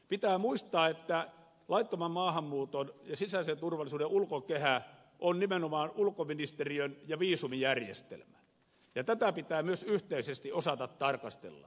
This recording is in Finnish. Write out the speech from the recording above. pitää muistaa että laittoman maahanmuuton ja sisäisen turvallisuuden ulkokehä on nimenomaan ulkoministeriön viisumijärjestelmä ja tätä pitää myös yhteisesti osata tarkastella